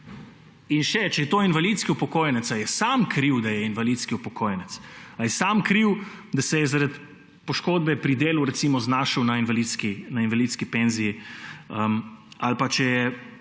In še, če je to invalidski upokojenec, ali je sam kriv, da je invalidski upokojenec, ali je sam kriv, da se je recimo zaradi poškodbe pri delu znašel na invalidski penziji ali pa da se